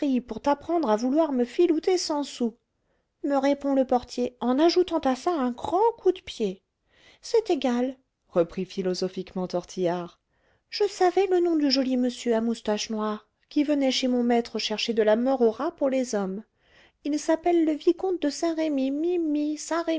pour t'apprendre à vouloir me filouter cent sous me répond le portier en ajoutant à ça un grand coup de pied c'est égal reprit philosophiquement tortillard je savais le nom du joli monsieur à moustaches noires qui venait chez mon maître chercher de la mort aux rats pour les hommes il s'appelle le vicomte de saint-remy my